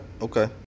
Okay